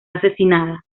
asesinada